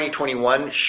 2021